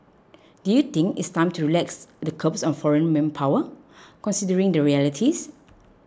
do you think it's time to relax the curbs on foreign manpower considering the realities